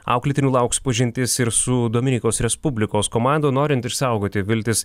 auklėtinių lauks pažintis ir su dominikos respublikos komanda norint išsaugoti viltis